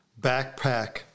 backpack